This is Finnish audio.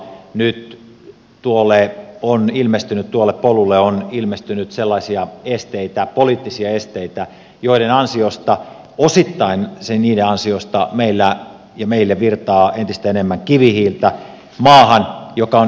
nyt tuolle polulle on ilmestynyt sellaisia poliittisia esteitä joiden ansiosta uusitaan sini ja asioista meillä osittain meille virtaa entistä enemmän kivihiiltä maahan joka on euroopan metsäisin